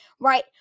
Right